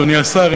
אדוני השר,